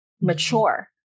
mature